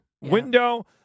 window